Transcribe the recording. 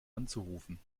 anzurufen